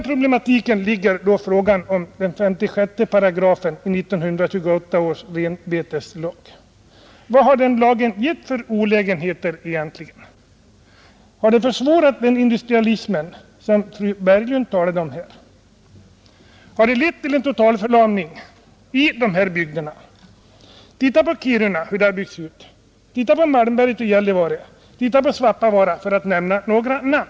Hit hör frågan om 56 § i 1928 års renbeteslag. Vad har den lagen givit för olägenheter egentligen? Har den försvårat den industrialism som fru Berglund talade om? Har den lett till en ”total förlamning” i dessa bygder? Titta på hur Kiruna har byggts ut. Se på Malmberget, Gällivare och Svappavaara för att nämna några namn.